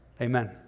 Amen